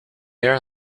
air